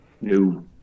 No